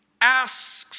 asks